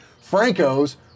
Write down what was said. Franco's